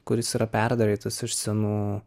kuris yra perdarytas iš senų